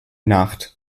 nacht